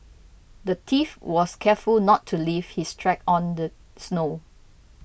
the thief was careful not to leave his tracks on the snow